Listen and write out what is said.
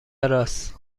راست